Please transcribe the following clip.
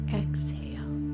exhale